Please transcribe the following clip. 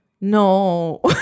No